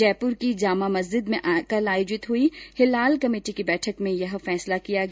जयपुर की जामा मस्जिद में कल आयोजित हुई हिलाल कमेटी की बैठक में यह फैसला किया गया